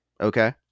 Okay